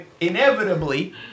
inevitably